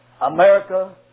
America